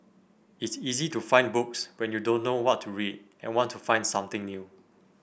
it's easy to find books when you don't know what to read and want to find something new